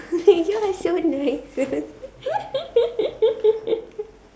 hey you are so nice